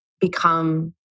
become